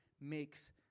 makes